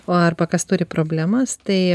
o arba kas turi problemas tai